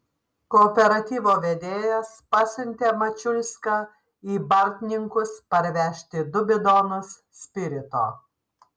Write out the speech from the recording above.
kooperatyvo vedėjas pasiuntė mačiulską į bartninkus parvežti du bidonus spirito